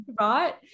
right